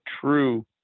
true